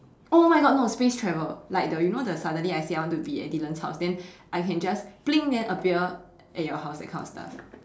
oh my god no space travel like the you know the suddenly I say I want to be at Dylan's house then I can just bling then appear at your house that kind of stuff